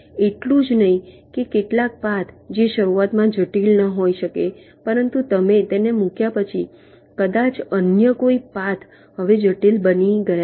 એટલું જ નહીં કે કેટલાક પાથ જે શરૂઆતમાં જટિલ ન હોઈ શકે પરંતુ તમે તેને મૂક્યા પછી કદાચ અન્ય કોઈ પાથ હવે જટિલ બની ગયા છે